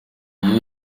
iyo